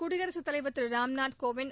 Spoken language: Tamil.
குடியரசுத் தலைவர் திரு ராம்நாத் கோவிந்த்